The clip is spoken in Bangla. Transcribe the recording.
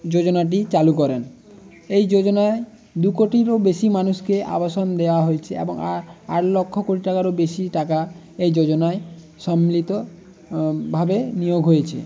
যোজনাটি চালু করেন এই যোজনায় দু কোটিরও বেশি মানুষকে আবাসন দেওয়া হয়েছে এবং আট লক্ষ টাকারও বেশি টাকা এই যোজনায় সম্মিলিত ভাবে নিয়োগ হয়েছে